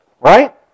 Right